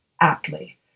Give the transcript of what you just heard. aptly